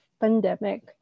pandemic